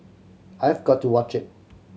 I've got to watch it